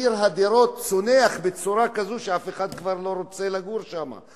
מחיר הדירות צונח בצורה כזו שאף אחד כבר לא רוצה לגור שם.